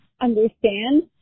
understand